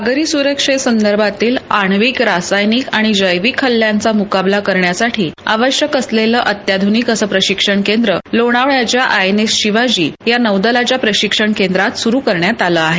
सागरी सुरक्षेशी संधर्भातिल आण्विक रासायनिक आणि जैविक हल्ल्यांचा मुकाबला करण्यासाठी आचश्यक असलेलं अत्याधूनिक असं प्रशिक्षण केंद्र लोणावळ्याच्या आय एन एस शिवाजी या नौदलाच्या प्रशिक्षण केंद्रात सुरू करण्यात आलं आहे